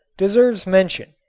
deserves mention,